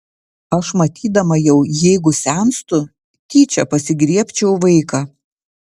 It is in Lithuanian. aš matydama jau jeigu senstu tyčia pasigriebčiau vaiką